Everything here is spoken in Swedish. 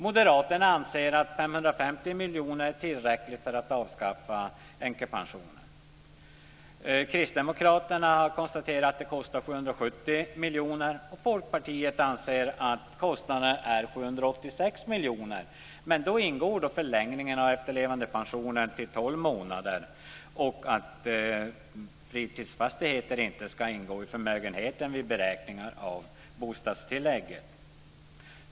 Moderaterna anser att 550 miljoner är tillräckligt för att avskaffa inkomstprövningen. Kristdemokraterna konstaterar att det kostar 770 miljoner. Folkpartiet anser att kostnaden är 786 miljoner, men då ingår en förlängning av efterlevandepensionen till tolv månader och att fritidsfastigheter inte ska ingå i förmögenheten vid beräkningar av bostadstillägget.